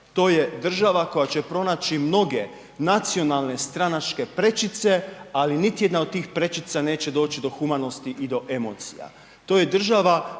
To je država koja će pronaći mnoge nacionalne stranačke prečice, ali niti jedna od tih prečica neće doći do humanosti i do emocija. To je država